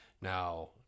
now